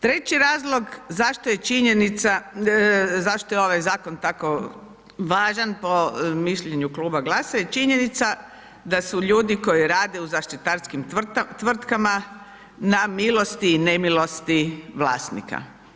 Treći razlog zašto je činjenica, zašto je ovaj zakon tako važan po mišljenju Kluba GLAS-a je činjenica da su ljudi koji rade u zaštitarskim tvrtkama na milosti i nemilosti vlasnika.